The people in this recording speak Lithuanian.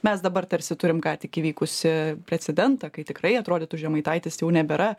mes dabar tarsi turim ką tik įvykusi precedentą kai tikrai atrodytų žemaitaitis jau nebėra